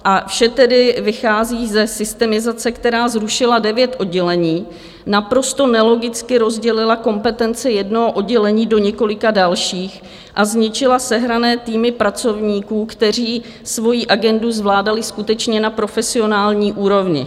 A vše tedy vychází ze systemizace, která zrušila devět oddělení, naprosto nelogicky rozdělila kompetence jednoho oddělení do několika dalších a zničila sehrané týmy pracovníků, kteří svojí agendu zvládali skutečně na profesionální úrovni.